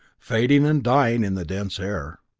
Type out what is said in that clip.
fading and dying in the dense air.